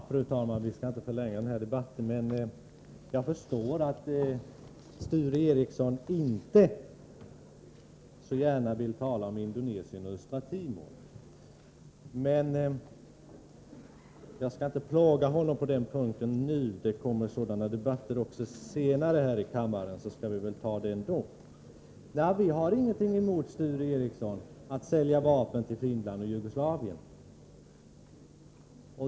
Fru talman! Vi skall inte förlänga den här debatten, men jag förstår att Sture Ericson inte så gärna vill tala om Indonesien och Östra Timor. Jag skall inte plåga honom på den punkten nu — det kommer sådana debatter också senare här i kammaren, och då kan vi diskutera mera. Vi har ingenting emot, Sture Ericson, att sälja vapen till Finland och Jugoslavien.